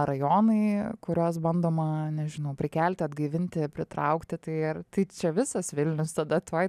rajonai kuriuos bandoma nežinau prikelti atgaivinti pritraukti tai ar tai čia visas vilnius tada tuoj